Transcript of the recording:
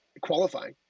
qualifying